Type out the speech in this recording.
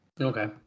Okay